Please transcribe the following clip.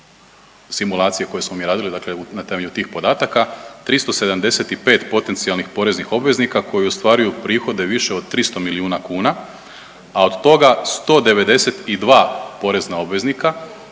simulacije koje smo mi radili, dakle na temelju tih podataka, 375 potencijalnih poreznih obveznika koji ostvaruju prihode više od 300 milijuna kuna, a od toga, 192 porezna obveznika